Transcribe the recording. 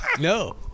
no